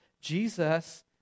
jesus